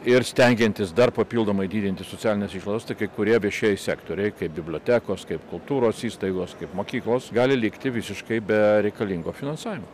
ir stengiantis dar papildomai didinti socialines išlaidas tai kai kurie viešieji sektoriai kaip bibliotekos kaip kultūros įstaigos kaip mokyklos gali likti visiškai be reikalingo finansavimo